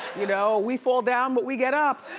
you know? we fall down, but we get up.